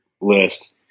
list